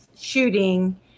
shooting